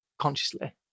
consciously